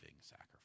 sacrifice